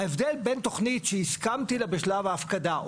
ההבדל בין תוכנית שהסכמתי לה בשלב ההפקדה,